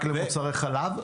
רק למוצרי חלב?